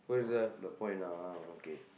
oh the point lah okay